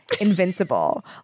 invincible